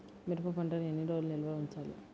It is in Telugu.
మిరప పంటను ఎన్ని రోజులు నిల్వ ఉంచాలి?